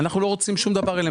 אנחנו לא רוצים שום דבר אליהם,